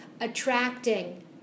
attracting